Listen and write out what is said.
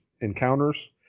encounters